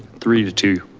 three two.